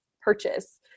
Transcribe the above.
purchase